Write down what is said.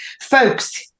Folks